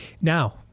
Now